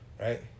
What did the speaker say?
Right